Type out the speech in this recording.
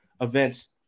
events